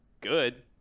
good